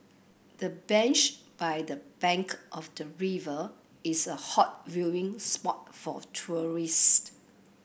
the bench by the bank of the river is a hot viewing spot for tourist